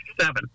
seven